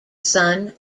son